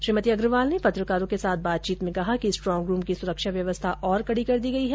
श्रीमती अग्रवाल ने पत्रकारों के साथ बातचीत में कहा कि स्ट्रांग रूम की सुरक्षा व्यवस्था और कड़ी कर दी गई है